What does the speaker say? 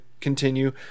continue